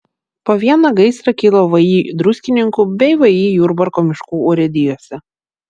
po vieną gaisrą kilo vį druskininkų bei vį jurbarko miškų urėdijose